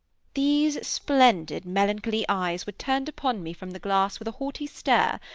these splendid melancholy eyes were turned upon me from the glass, with a haughty stare,